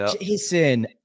Jason